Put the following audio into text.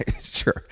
sure